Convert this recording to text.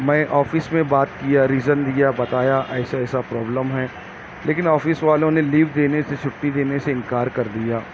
میں آفس میں بات کیا ریزن دیا بتایا ایسا ایسا پرابلم ہے لیکن آفس والوں نے لیو دینے سے چھٹی دینے سے انکار کر دیا